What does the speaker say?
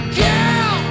girl